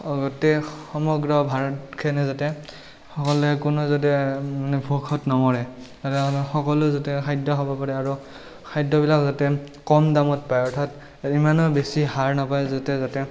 গোটেই সমগ্ৰ ভাৰতখনে যাতে সকলোৱে কোনো যাতে ভোকত নমৰে আৰু আমাৰ সকলোৱে যাতে খাদ্য খাব পাৰে আৰু খাদ্যবিলাক যাতে কম দামত পায় অৰ্থাৎ ইমানো বেছি সাৰ নাপায় যাতে যাতে